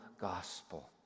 gospel